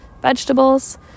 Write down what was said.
vegetables